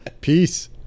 Peace